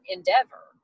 Endeavor